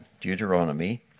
Deuteronomy